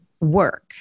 work